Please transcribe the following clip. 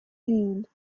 hand